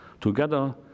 Together